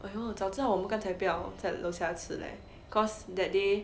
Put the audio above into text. !aiyo! 早知道我们刚才不要在楼下吃 leh cause that day